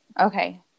Okay